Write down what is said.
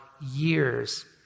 years